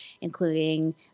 including